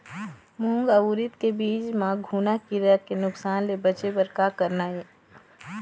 मूंग अउ उरीद के बीज म घुना किरा के नुकसान ले बचे बर का करना ये?